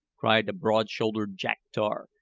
cried a broad-shouldered jack-tar,